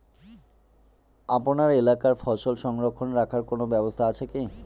আপনার এলাকায় ফসল সংরক্ষণ রাখার কোন ব্যাবস্থা আছে কি?